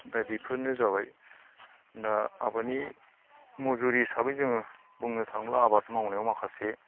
दा बिफोरनो जाबाय दा आबादनि मुजुरि हिसाबै जोङो बुंनो थांब्ला आबाद मावनायाव माखासे